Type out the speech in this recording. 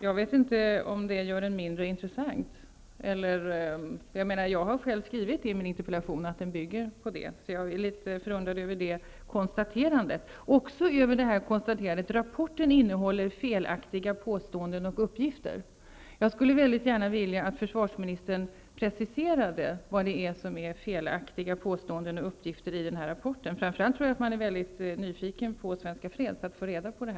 Jag vet inte om det gör den mindre intressant. Jag har själv i interpellationen skrivit att den bygger på den rapporten. Jag är därför litet förundrad över det konstaterandet i svaret. Jag är också litet förundrad över följande konstaterande: ''Rapporten innehåller felaktiga påståenden och uppgifter.'' Jag skulle gärna vilja att försvarsministern preciserade vilka påståenden och uppgifter i rapporten som är felaktiga. Framför allt tror jag att man på Svenska Freds är väldigt nyfiken på det.